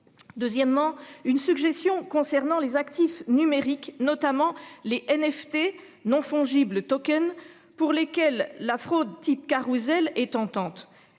Deuxièmement une suggestion concernant les actifs numériques, notamment les NFT non fongibles token pour lesquels la fraude type carrousel est tentante.